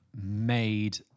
made